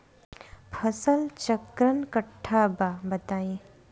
फसल चक्रण कट्ठा बा बताई?